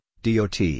DOT